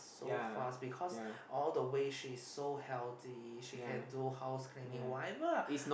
so fast because all the way she is so healthy she can do house cleaning whatever ah